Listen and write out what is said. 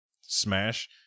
Smash